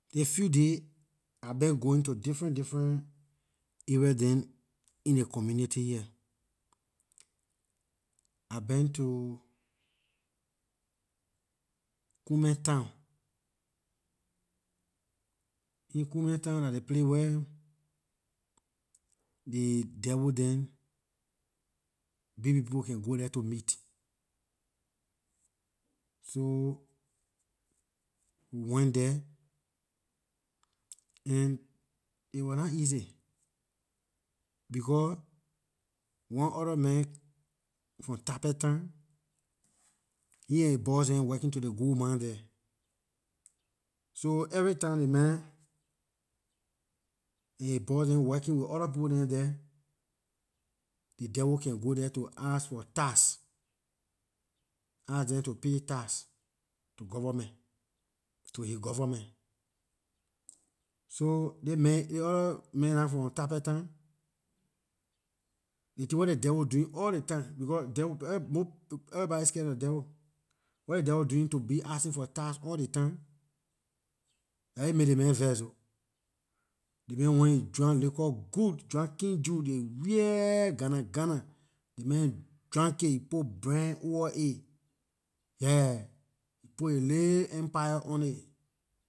Dis few days I been going to different different area dem in ley community here I been to kumeh town in kumeh town dah ley place where ley devil dem big big people can go there to meet so we went there and aay wor nah easy becor one orda man from tappitta he and his boys dem working to ley gold mine there so every time ley man and his boys dem working with orda people dem there the devil can go there to ask for tax ask them to pay tax to government to his government so dis man- dis orda man nah from tappitta ley tin wer devil doing all ley time becor devil every body scarelor devil what ley devil doing to be asking for tax all ley time dah aay make ley man vex oh ley man went and drank liquor good drank kin juice dey real gana- gana ley man drank it he put brand over it, yeah, he put his ley empire on it